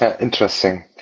Interesting